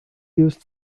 used